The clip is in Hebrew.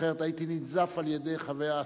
אחרת הייתי ננזף על-ידי חברי,